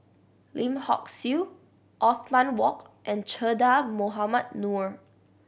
Lim Hock Siew Othman Wok and Che Dah Mohamed Noor